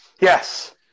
Yes